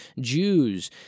Jews